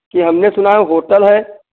कि हमने सुना है होटल है